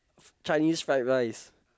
Chinese fried rice